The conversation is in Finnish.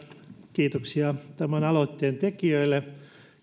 kiitoksia tämän aloitteen tekijöille